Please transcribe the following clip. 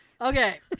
Okay